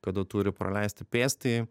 kada turi praleisti pėstįjį